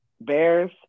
Bears